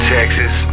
Texas